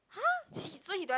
!huh! so he don't want